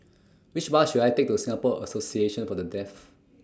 Which Bus should I Take to Singapore Association For The Deaf